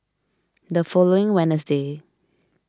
the following Wednesday